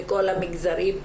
מכל המגזרים,